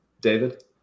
David